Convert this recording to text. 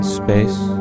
space